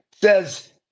says